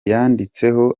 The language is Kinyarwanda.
yanditseho